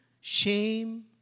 shame